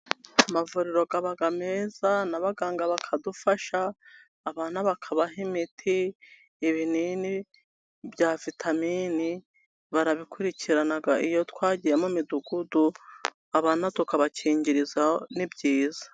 Amavuriro aba meza, n'abaganga bakadufasha, abana bakabaha imiti, ibinini bya vitamini, barabikurikirana iyo twagiye mu midugudu abana tukabakingirizayo ni byiza.